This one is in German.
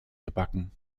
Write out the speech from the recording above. gebacken